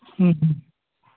হুঁ